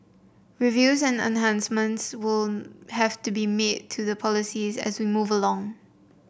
reviews and enhancements will have to be made to the policies as we move along